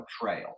trail